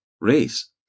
race